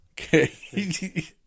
Okay